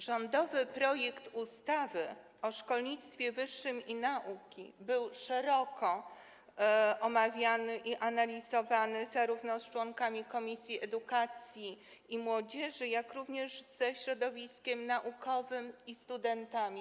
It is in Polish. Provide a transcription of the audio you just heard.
Rządowy projekt ustawy Prawo o szkolnictwie wyższym i nauce był szeroko omawiany i analizowany zarówno z członkami Komisji Edukacji, Nauki i Młodzieży, jak i ze środowiskiem naukowym i studentami.